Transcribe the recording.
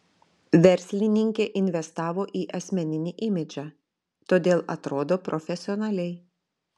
verslininkė investavo į asmeninį imidžą todėl atrodo profesionaliai